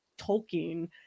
Tolkien